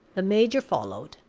the major followed.